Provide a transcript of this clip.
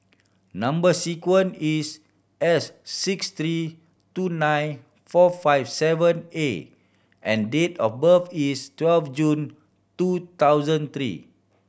number sequence is S six three two nine four five seven A and date of birth is twelve June two thousand three